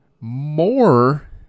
more